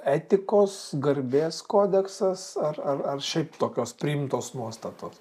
etikos garbės kodeksas ar ar ar šiaip tokios priimtos nuostatos